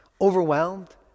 overwhelmed